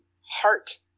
heart